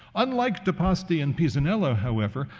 unlike de' pasti and pisanello, however,